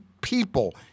people